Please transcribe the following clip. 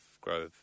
Grove